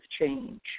change